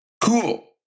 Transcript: Cool